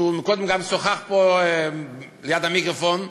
שקודם גם שוחח פה ליד המיקרופון,